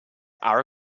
are